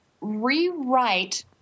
rewrite